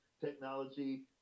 technology